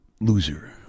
loser